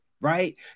Right